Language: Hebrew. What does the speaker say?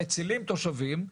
מצילים תושבים,